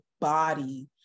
body